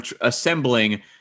assembling